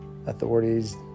authorities